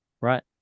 Right